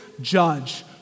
judge